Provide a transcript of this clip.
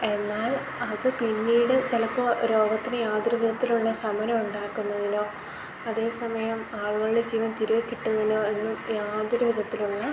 എന്നാൽ അത് പിന്നീട് ചിലപ്പോൾ രോഗത്തിന് യാതൊരു വിധത്തിലുള്ള ശമനം ഉണ്ടാക്കുന്നതിനോ അതേ സമയം ആളുകളുടെ ജീവൻ തിരികെ കിട്ടുന്നതിനോ ഒന്നും യാതൊരു വിധത്തിലുള്ള